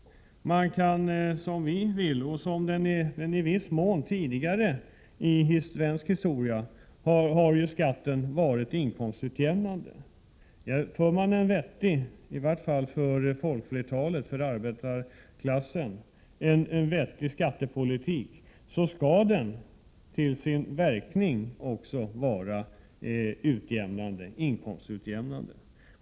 Man kan göra som vi vill och göra skatten inkomstutjämnande, vilket den tidigare i viss mån har varit i Sverige. För man en vettig skattepolitik, i alla fall för folkflertalet, för arbetarklassen, skall skatten också verka inkomstutjämnande.